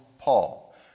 Paul